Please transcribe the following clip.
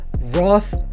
Roth